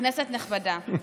כנסת נכבדה,